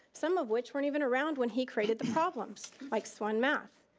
some of which weren't even around when he created the problems. like swan math.